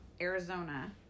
Arizona